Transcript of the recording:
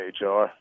HR